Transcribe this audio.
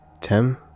Tim